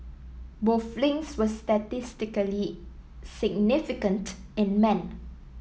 both links were statistically significant in men